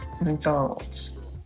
mcdonald's